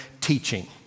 teaching